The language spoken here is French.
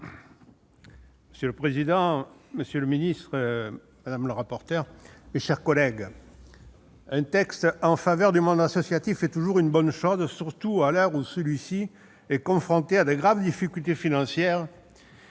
Monsieur le président, monsieur le secrétaire d'État, mes chers collègues, un texte en faveur du monde associatif est toujours une bonne chose, surtout à l'heure où celui-ci est confronté à de graves difficultés financières.